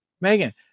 Megan